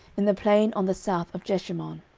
in the plain on the south of jeshimon.